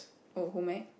oh home ec